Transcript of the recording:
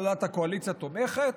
הנהלת הקואליציה תומכת,